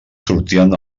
sortien